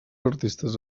artistes